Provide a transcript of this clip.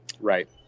Right